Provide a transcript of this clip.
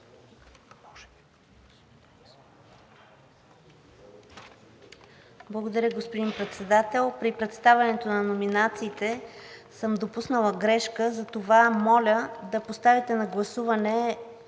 Благодаря, господин Председател. При представянето на номинациите съм допуснала грешка и затова моля да поставите на гласуване